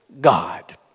God